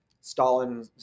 stalin